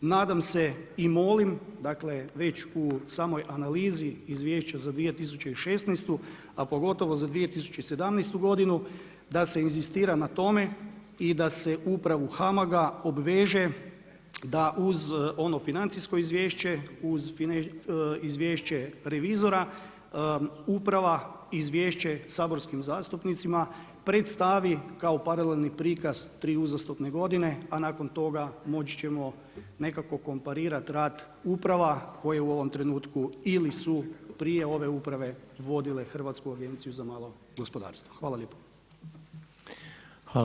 Nadam se i molim, dakle već u samoj analizi izvješća za 2016. a pogotovo za 2017. godinu da se inzistira na tome i da se upravu HAMAG-a obveže da uz ono financijsko izvješće, uz izvješće revizora uprava izvješće saborskim zastupnicima predstavi kao paralelni prikaz tri uzastopne godine, a nakon toga moći ćemo nekako komparirat rad uprava koje u ovom trenutku ili su prije ove uprave vodile Hrvatsku agenciju za malo gospodarstvo.